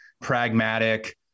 pragmatic